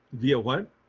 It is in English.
via what?